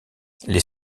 les